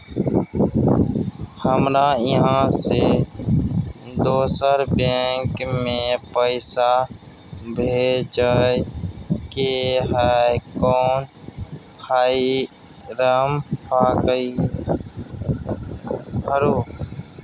हमरा इहाँ से दोसर बैंक में पैसा भेजय के है, कोन फारम भरू?